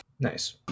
Nice